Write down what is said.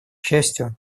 счастью